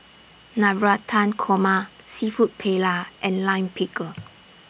Navratan Korma Seafood Paella and Lime Pickle